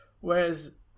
Whereas